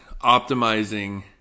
optimizing